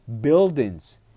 buildings